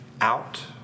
out